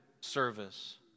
service